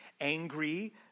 angry